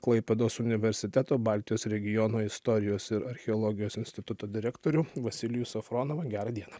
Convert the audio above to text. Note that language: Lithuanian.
klaipėdos universiteto baltijos regiono istorijos ir archeologijos instituto direktorių vasilijų safronovą gerą dieną